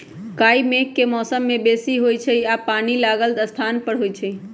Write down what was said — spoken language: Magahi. काई मेघ के मौसम में बेशी होइ छइ आऽ पानि लागल स्थान पर होइ छइ